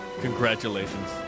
Congratulations